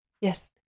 Yes